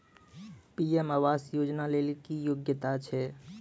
PM आवास योजना लेली की योग्यता छै?